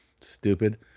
Stupid